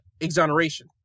exoneration